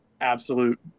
absolute